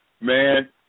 Man